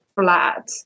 flat